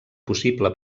possible